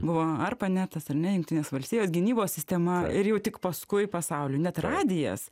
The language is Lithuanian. buvo arpanetas ar ne jungtinės valstijos gynybos sistema ir jau tik paskui pasauliui net radijas